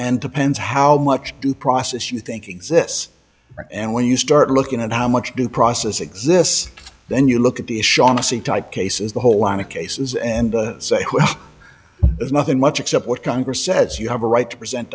and depends how much due process you think exists and when you start looking at how much due process exists then you look at these shaughnessy type cases the whole lot of cases and there's nothing much except what congress says you have a right to present